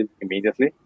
immediately